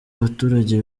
abaturage